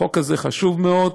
החוק הזה חשוב מאוד,